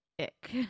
ick